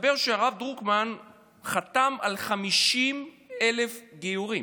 מסתבר שהרב דרוקמן חתם על 50,000 גיורים.